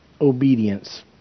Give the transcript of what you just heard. obedience